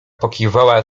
pokiwała